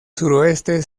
suroeste